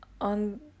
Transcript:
On